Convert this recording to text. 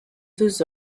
deux